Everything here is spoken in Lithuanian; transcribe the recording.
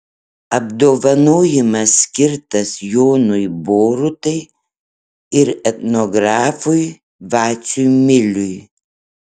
apdovanojimas skirtas jonui borutai ir etnografui vaciui miliui